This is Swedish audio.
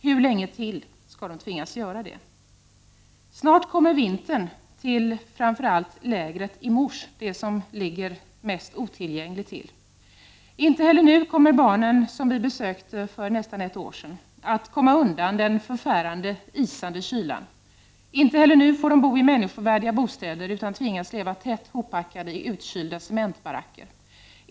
Hur länge till skall de tvingas göra det? Snart kommer vintern till framför allt lägret i Mus, det som ligger mest otillgängligt till. Inte heller nu kommer barnen som vi besökte för nästan ett år sedan att komma undan den förfärande, isande kylan. Inte heller nu får de bo i människovärdiga bostäder utan tvingas leva tätt ihoppackade i utkylda cementbaracker.